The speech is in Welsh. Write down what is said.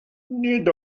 nid